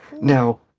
now